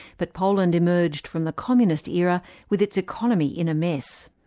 but poland emerged from the communist era with its economy in a mess.